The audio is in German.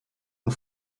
und